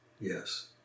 Yes